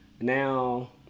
now